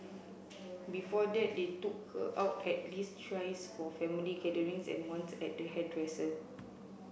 before that they took her out at least thrice for family gatherings and once the hairdresser